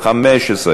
15,